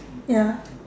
ya